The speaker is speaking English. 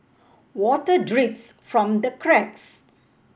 water drips from the cracks